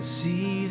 see